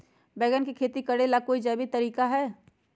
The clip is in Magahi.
बैंगन के खेती भी करे ला का कोई जैविक तरीका है?